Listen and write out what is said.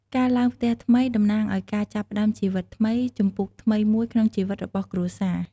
ការឡើងផ្ទះថ្មីតំណាងឱ្យការចាប់ផ្តើមជីវិតថ្មី ជំពូកថ្មីមួយក្នុងជីវិតរបស់គ្រួសារ។